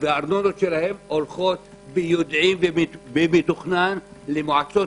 הארנונות שלהם הולכים ביודעין ובמתוכנן למועצות